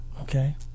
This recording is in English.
okay